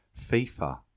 FIFA